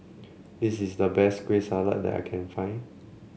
this is the best Kueh Salat that I can find